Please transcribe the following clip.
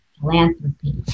philanthropy